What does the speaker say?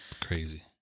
Crazy